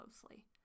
closely